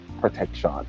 protection